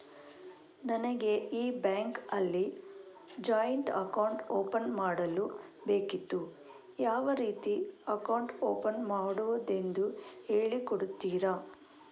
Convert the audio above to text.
ನನಗೆ ಈ ಬ್ಯಾಂಕ್ ಅಲ್ಲಿ ಜಾಯಿಂಟ್ ಅಕೌಂಟ್ ಓಪನ್ ಮಾಡಲು ಬೇಕಿತ್ತು, ಯಾವ ರೀತಿ ಅಕೌಂಟ್ ಓಪನ್ ಮಾಡುದೆಂದು ಹೇಳಿ ಕೊಡುತ್ತೀರಾ?